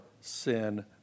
sin